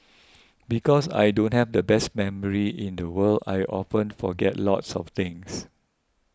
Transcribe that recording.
because I don't have the best memory in the world I often forget lots of things